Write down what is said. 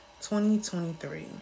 2023